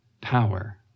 power